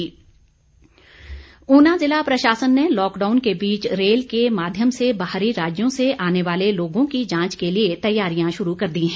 रेलयात्री ऊना ज़िला प्रशासन ने लॉकडाउन के बीच रेल के माध्यम से बाहरी राज्यों से आने वाले लोगों की जांच के लिए तैयारियां शुरू कर दी हैं